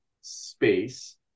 space